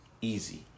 easy